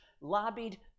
lobbied